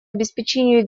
обеспечению